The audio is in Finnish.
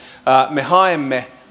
me haemme